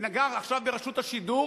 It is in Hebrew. וניגע עכשיו ברשות השידור,